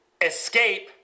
escape